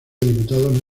diputados